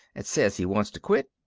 and says he wants to quit.